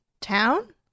Town